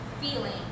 feeling